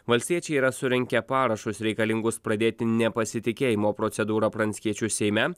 valstiečiai yra surinkę parašus reikalingus pradėti nepasitikėjimo procedūrą pranckiečiu seime